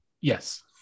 Yes